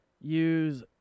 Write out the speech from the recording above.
use